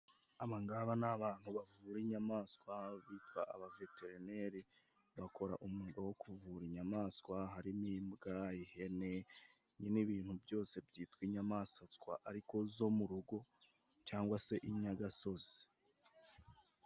Abangaba ni abantu bavura inyamaswa bitwa abaveterineri. Bakora umwuga wo kuvura inyamaswa harimo imbwa, ihene, nyine ibintu byose byitwa inyamaswa ariko zo mu rugo cyangwa se inyagasozi.